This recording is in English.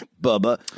bubba